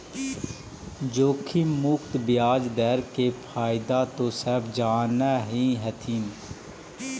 जोखिम मुक्त ब्याज दर के फयदा तो सब जान हीं हथिन